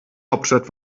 hauptstadt